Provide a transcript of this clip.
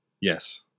Yes